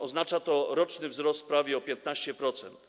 Oznacza to roczny wzrost prawie o 15%.